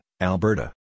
Alberta